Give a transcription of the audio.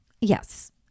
Yes